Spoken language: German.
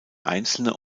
einzelne